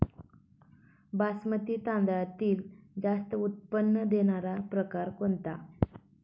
बासमती तांदळातील जास्त उत्पन्न देणारा प्रकार कोणता?